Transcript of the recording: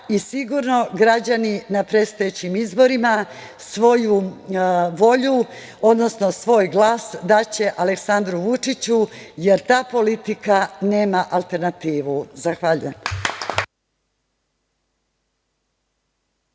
i sigurno građani na predstojećim izborima svoju volju, odnosno svoj glas daće Aleksandru Vučiću, jer ta politika nema alternativu. Zahvaljujem.